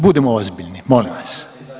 Budimo ozbiljni molim vas.